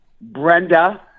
Brenda